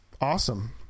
Awesome